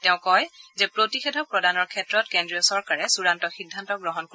তেওঁ কয় যে প্ৰতিষেধক প্ৰদানৰ ক্ষেত্ৰত কেন্দ্ৰীয় চৰকাৰে চূড়ান্ত সিদ্ধান্ত গ্ৰহণ কৰিব